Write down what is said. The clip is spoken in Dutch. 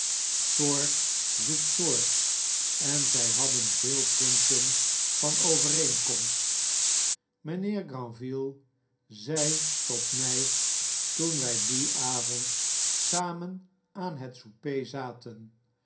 soort zoekt soort en zij hadden veel punten van overeenkomst mijnheer granville zei tot nay toen wy dien avond samen aan het souper zaten